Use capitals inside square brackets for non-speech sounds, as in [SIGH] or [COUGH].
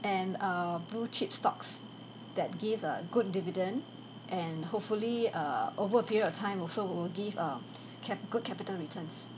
and err blue chip stocks that give uh good dividend and hopefully err over a period of time also will give uh [BREATH] ca~ good capital returns